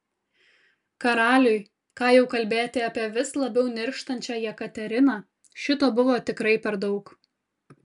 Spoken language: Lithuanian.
karaliui ką jau kalbėti apie vis labiau nirštančią jekateriną šito buvo tikrai per daug